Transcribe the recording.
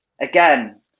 Again